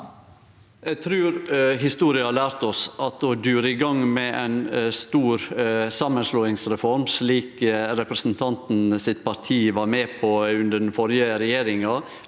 Eg trur historia har lært oss at å dure i gang med ei stor samanslåingsreform, slik representanten sitt parti var med på under den førre regjeringa,